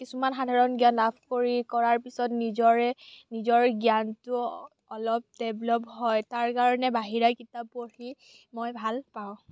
কিছুমান সাধাৰণ জ্ঞান লাভ কৰি কৰাৰ পিছত নিজৰে নিজৰ জ্ঞানটো অলপ ডেভলপ হয় তাৰকাৰণে বাহিৰা কিতাপ পঢ়ি মই ভাল পাওঁ